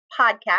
podcast